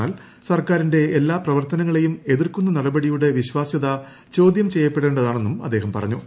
എന്നാൽ സർക്കാരിന്റെ എല്ലാ പ്രവർത്തനങ്ങളെയും എതിർക്കുന്ന നടപടി യുടെ വിശ്വാസ്യത ചോദ്യം ചെയ്യപ്പെടേണ്ടതാണെന്നും അദ്ദേഹം പറഞ്ഞു